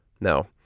No